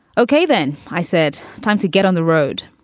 ok. then i said, time to get on the road.